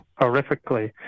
Horrifically